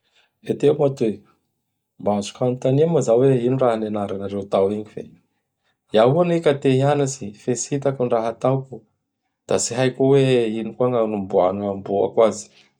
Heteo moa toy! Mba azoko anontania moa zao hoe ino raha nianaranareo tao igny fe iao anie ka te hianatsy fe tsy hitako gny raha ataoko? Da tsy haiko oe ino koa gnamboa-gna-mboako azy?